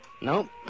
Nope